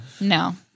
no